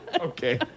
Okay